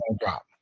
drop